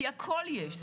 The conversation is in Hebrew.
הכול יש.